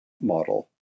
model